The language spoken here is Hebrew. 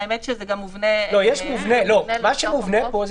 האמת שזה גם מובנה --- מה שמובנה פה,